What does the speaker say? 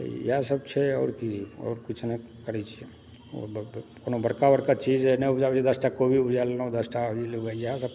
इएहसभ छै आओर की आओर किछु नहि करै छी कोनो बड़का बड़का चीज नहि उपजाबैत छी दशटा कोबी उपजा लेलहुँ दशटा इएहसभ